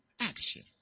action